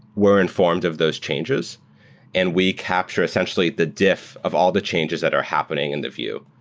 we're informed of those changes and we capture essentially the diff of all the changes that are happening in the vue.